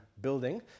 building